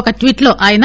ఒక ట్వీట్ లో ఆయన